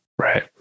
Right